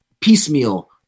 piecemeal